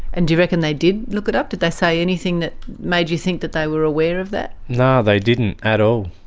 and do you reckon they did look it up? did they say anything that made you think that they were aware of that? no, they didn't at all.